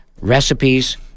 recipes